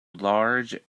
large